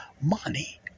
money